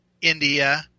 India